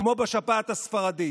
כמו בשפעת הספרדית.